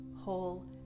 whole